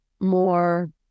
more